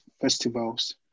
festivals